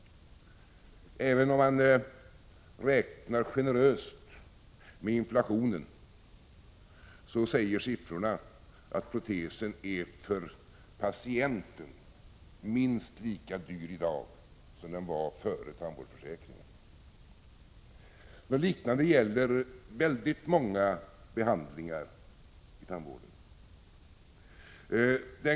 Även om man räknar generöst och tar hänsyn till inflationen säger siffrorna att protesen är för patienten minst lika dyr i dag som den var före tandvårdsförsäkringen. Något liknande gäller för väldigt många behandlingar i tandvården.